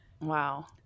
Wow